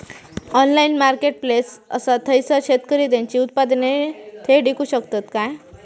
Online marketplace असा थयसर शेतकरी त्यांची उत्पादने थेट इकू शकतत काय?